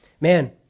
Man